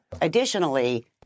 Additionally